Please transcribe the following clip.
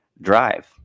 drive